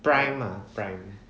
prime ah prime